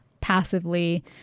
passively